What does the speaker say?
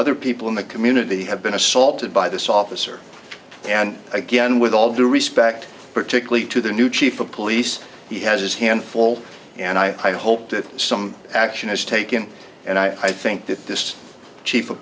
other people in the community have been assaulted by this officer and again with all due respect particularly to the new chief of police he has his hands full and i hope that some action is taken and i think that this chief of